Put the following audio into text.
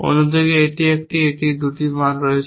অন্যদিকে এটি একটি এটির দুটি মান রয়েছে